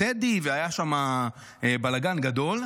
והיה שם בלגן גדול.